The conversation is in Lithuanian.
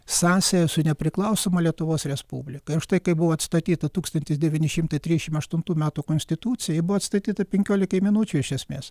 sąsaja su nepriklausoma lietuvos respublika ir štai kai buvo atstatyta tūkstantis devyni šimtai trisdešimt aštunų metų konstitucijoj ji buvo atstatyta penkiolikai minučių iš esmės